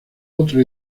otro